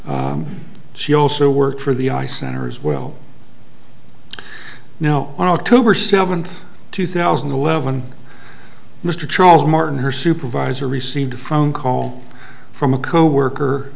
that she also worked for the i center as well now on october seventh two thousand and eleven mr charles martin her supervisor received phone call from a coworker